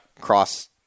cross